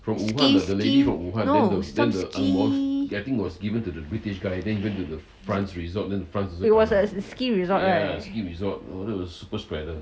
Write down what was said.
ski ski no some ski he was at a ski resort right